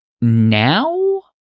Now